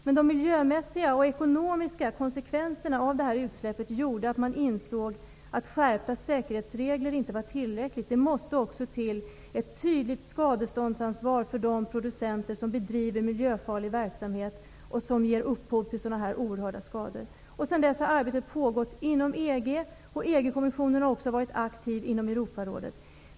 Men de miljömässiga och ekonomiska konsekvenserna av det här utsläppet gjorde att man insåg att det inte var tillräckligt med skärpta säkerhetsregler utan att ett tydligt skadeståndsansvar också måste tillkomma för de producenter som bedriver miljöfarlig verksamhet, som ger upphov till sådana här oerhörda skador. Arbetet inom EG har sedan dess pågått. EG kommissionen har även varit aktiv inom Europarådet.